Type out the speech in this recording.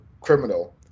criminal